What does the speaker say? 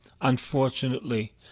Unfortunately